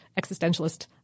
Existentialist